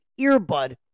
earbud